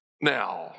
Now